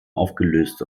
aufgelöst